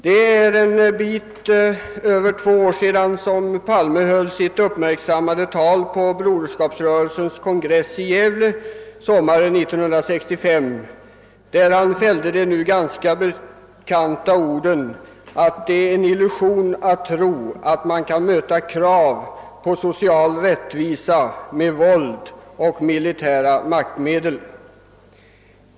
Det är nu något mer än två år sedan statsrådet Palme höll sitt uppmärksammade tal på Broderskapsrörelsens kongress i Gävle sommaren 1965, där han fällde de nu ganska bekanta orden, »att det är en illusion att tro att man kan möta krav på social rättvisa med våld och militära maktmedel».